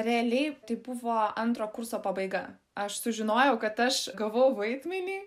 realiai tai buvo antro kurso pabaiga aš sužinojau kad aš gavau vaidmenį